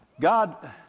God